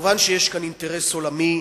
כמובן שיש פה אינטרס עולמי,